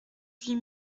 huit